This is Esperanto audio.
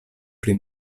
pri